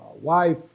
wife